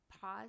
Pause